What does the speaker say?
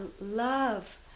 love